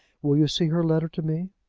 will you see her letter to me?